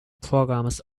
programs